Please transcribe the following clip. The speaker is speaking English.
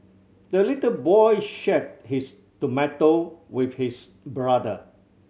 the little boy shared his tomato with his brother